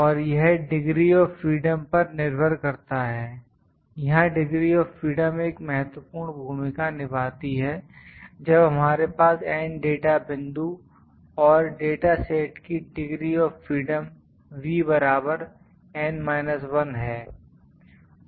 और यह degree of freedom पर निर्भर करता है यहां डिग्री ऑफ फ़्रीडम एक महत्वपूर्ण भूमिका निभाती है जब हमारे पास N डाटा बिंदु और डाटा सेट की degree of freedom V N 1 है